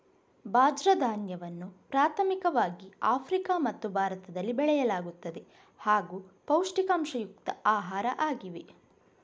ಬಾಜ್ರ ಧಾನ್ಯವನ್ನು ಪ್ರಾಥಮಿಕವಾಗಿ ಆಫ್ರಿಕಾ ಮತ್ತು ಭಾರತದಲ್ಲಿ ಬೆಳೆಯಲಾಗುತ್ತದೆ ಹಾಗೂ ಪೌಷ್ಟಿಕಾಂಶಯುಕ್ತ ಆಹಾರ ಆಗಿವೆ